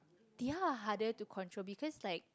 ya they have to control because like